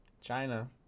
China